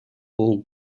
all